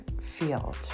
field